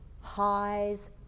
highs